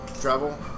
travel